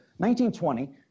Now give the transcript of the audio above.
1920